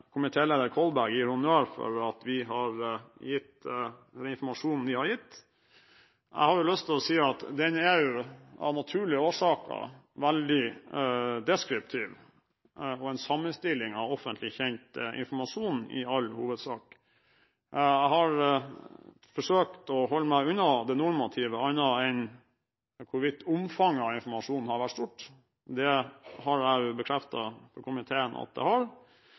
Kolberg gir honnør for at vi har gitt den informasjonen vi har gitt. Jeg har lyst til å si at den av naturlige årsaker er veldig deskriptiv og i all hovedsak en sammenstilling av offentlig kjent informasjon. Jeg har forsøkt å holde meg unna det normative, annet enn hvorvidt omfanget av informasjonen har vært stort. Det har jeg bekreftet overfor komiteen at det har,